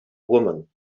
woman